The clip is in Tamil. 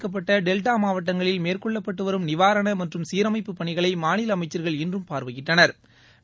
கஜ புயலால் பாதிக்கப்பட்ட டெல்டா மாவட்டங்களில் மேற்கொள்ளப்பட்டு வரும் நிவாரண மற்றும் சீரமைப்புப் பணிகளை மாநில அமைச்சா்கள் இன்றும் பார்வையிட்டனா்